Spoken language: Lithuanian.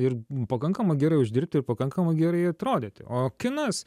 ir pakankama gerai uždirbti ir pakankama gerai atrodyti o kinas